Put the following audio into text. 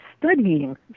studying